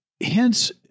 hence